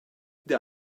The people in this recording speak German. der